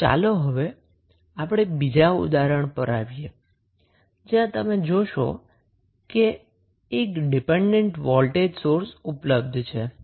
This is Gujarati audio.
તો ચાલો હવે આપણે બીજા ઉદાહરણ પર આવીએ જ્યાં તમે જોશો કે એક ડિપેન્ડન્ટ વોલ્ટેજ સોર્સ ઉપલબ્ધ છે